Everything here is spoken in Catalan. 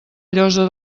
llosa